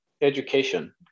education